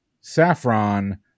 saffron